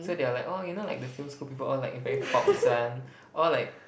so they were like oh you know like the film school people all like very popz one all like